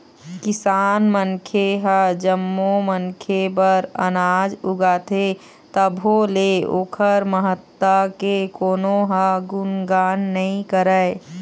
किसान मनखे ह जम्मो मनखे बर अनाज उगाथे तभो ले ओखर महत्ता के कोनो ह गुनगान नइ करय